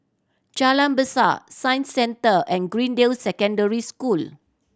Jalan Besar Science Centre and Greendale Secondary School